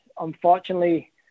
unfortunately